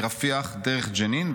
מרפיח דרך ג'נין,